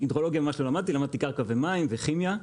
למדתי קרקע ומים וכימיה.